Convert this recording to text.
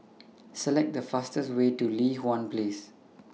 Select The fastest Way to Li Hwan Place